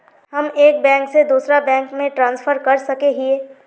हम एक बैंक से दूसरा बैंक में ट्रांसफर कर सके हिये?